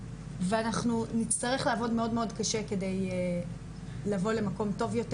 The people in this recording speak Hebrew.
אנחנו נצטרך לעבוד מאוד מאוד קשה כדי לבוא למקום טוב יותר